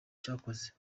cyakoze